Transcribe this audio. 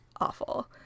Awful